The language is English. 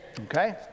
okay